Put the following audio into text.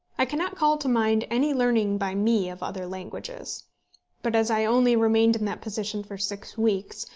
i cannot call to mind any learning by me of other languages but as i only remained in that position for six weeks,